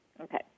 Okay